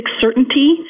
certainty